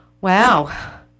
Wow